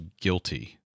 guilty